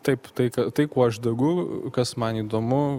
taip tai ką tai kuo aš degu kas man įdomu